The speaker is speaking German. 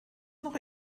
noch